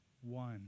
one